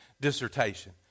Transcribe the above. dissertation